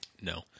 no